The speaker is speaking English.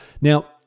now